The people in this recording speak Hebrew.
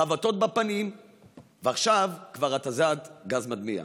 חבטות בפנים ועכשיו כבר התזת גז מדמיע.